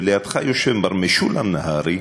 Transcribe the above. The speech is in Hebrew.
ולידך יושב מר משולם נהרי,